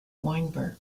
weinberg